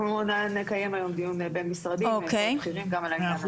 אנחנו נקיים היום דיון בין משרדים עם עוד בכירים גם על העניין הזה.